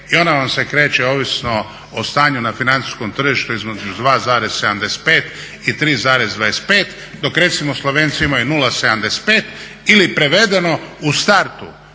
i ona vam se kreće ovisno o stanju na financijskom tržištu između 2,75 i 3,25, dok recimo Slovenci imaju 0,75 ili prevedeno u startu,